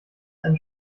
eine